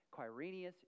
Quirinius